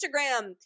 Instagram